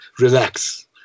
relax